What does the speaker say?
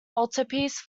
altarpiece